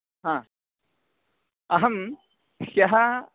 हा अहं ह्यः